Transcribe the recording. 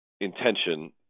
intention